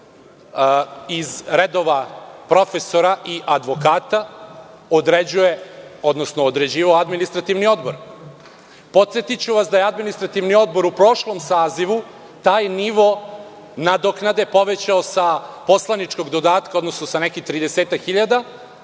iz redova profesora i advokata, određuje, odnosno određivao Administrativni odbor. Podsetiću vas da je Administrativni odbor u prošlom sazivu taj nivo nadoknade povećao sa poslaničkog dodatka, odnosno sa nekih